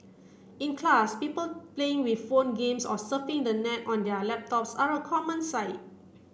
in class people playing with phone games or surfing the net on their laptops are a common sight